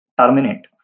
terminate